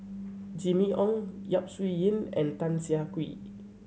Jimmy Ong Yap Su Yin and Tan Siah Kwee